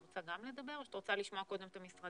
את גם רוצה לדבר או שאת רוצה לשמוע קודם את המשרדים?